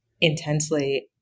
intensely